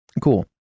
Cool